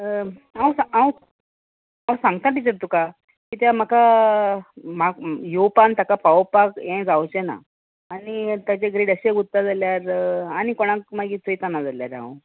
हांव हांव हांव सांगता टिचर तुका कित्या म्हाका म्हाक येवपान ताका पावोवपाक हें जावचें ना आनी ताचे ग्रेड अशें उत्ता जाल्यार आनी कोणाक मागीर चयता ना जाल्यार हांव